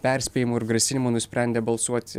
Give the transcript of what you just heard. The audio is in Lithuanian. perspėjimų ir grasinimų nusprendė balsuoti